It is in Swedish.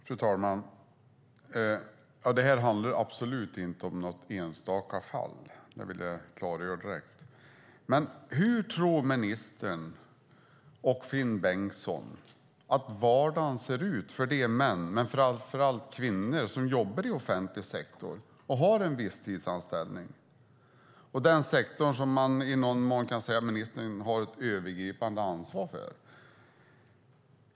Fru talman! Här handlar det absolut inte om något enstaka fall; det vill jag direkt klargöra. Hur tror ministern och Finn Bengtsson att vardagen ser ut för de män och framför allt de kvinnor som jobbar inom offentlig sektor som har visstidsanställning - inom den sektor som man i någon mån kan säga att ministern har ett övergripande ansvar för?